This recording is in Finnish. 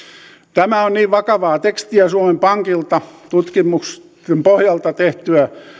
tämä on niin vakavaa tekstiä suomen pankilta tutkimusten pohjalta tehtyä